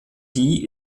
die